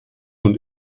und